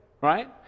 right